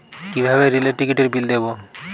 কিভাবে রেলের টিকিটের বিল দেবো?